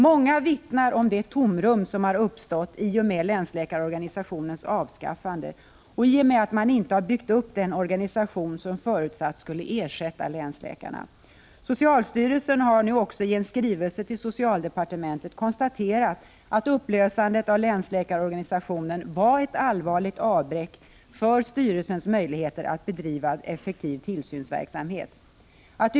Många vittnar om det tomrum som har uppstått i och med länsläkarorganisationens avskaffande och på grund av att man inte har byggt upp den organisation som, enligt vad som förutsattes, skulle ersätta länsläkarna. Socialstyrelsen har också i en skrivelse till socialdepartementet konstaterat att upplösandet av länsläkarorganisationen innebar ett allvarligt avbräck för styrelsens möjligheter att bedriva en effektiv tillsynsverksamhet.